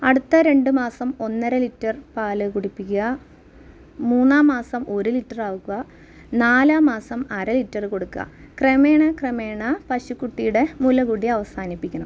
അടുത്ത രണ്ട് മാസം ഒന്നര ലിറ്റർ പാൽ കുടിപ്പിക്കുക മൂന്നാം മാസം ഒരു ലിറ്റർ ആവുക നാലാം മാസം അര ലിറ്റർ കൊടുക്കുക ക്രമേണ ക്രമേണ പശുകുട്ടിയുടെ മുലകുടി അവസാനിപ്പിക്കണം